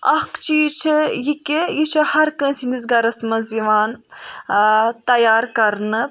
اَکھ چیٖز چھُ یہِ کہِ یہِ چھِ ہر کٲنسہِ ہِندِس گَرس مَنٛز یِوان تیار کَرنہٕ